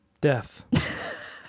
Death